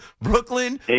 Brooklyn